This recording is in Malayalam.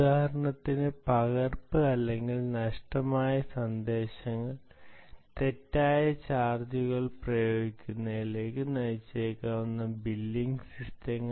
ഉദാഹരണത്തിന് പകർപ്പ് അല്ലെങ്കിൽ നഷ്ടമായ സന്ദേശങ്ങൾ തെറ്റായ ചാർജുകൾ പ്രയോഗിക്കുന്നതിലേക്ക് നയിച്ചേക്കാവുന്ന ബില്ലിംഗ് സിസ്റ്റങ്ങൾ